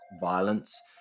violence